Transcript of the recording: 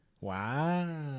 wow